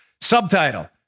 Subtitle